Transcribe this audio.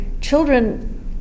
children